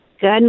Good